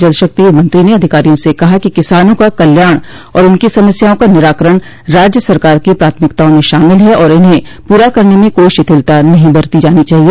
जलशक्ति मंत्री ने अधिकारियों से कहा कि किसानों का कल्याण और उनकी समस्याओं का निराकरण राज्य सरकार की प्राथमिकताओं में शामिल है और इन्हें पूरा करने में कोई शिथिलता नहीं बरती जानी चाहिए